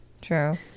True